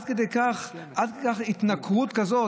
עד כדי כך, התנכרות כזאת?